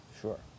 Sure